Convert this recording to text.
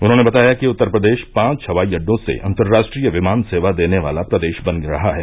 उन्होंने बताया कि उत्तर प्रदेश पांच हवाई अड्डों से अन्तर्राष्ट्रीय विमान सेवा देने वाला प्रदेश बन रहा है